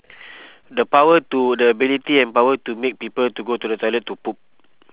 the power to the ability and power to make people to go to the toilet to poop